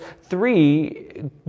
three